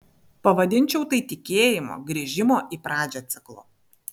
pavadinčiau tai tikėjimo grįžimo į pradžią ciklu